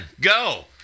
go